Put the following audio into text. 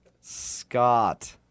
Scott